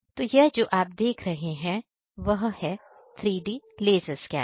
तो यह जो आप देख रहे हैं वह है 3D लेजर स्कैनर